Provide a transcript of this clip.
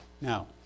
Now